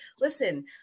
listen